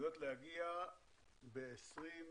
צפויות להגיע ב-2030,